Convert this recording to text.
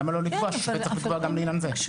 למה לא לקבוע ששופט צריך לקבוע גם לעניין זה?